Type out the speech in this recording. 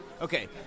Okay